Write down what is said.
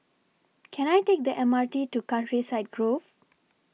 Can I Take The M R T to Countryside Grove